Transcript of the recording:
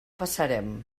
passarem